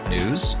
News